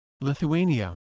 Lithuania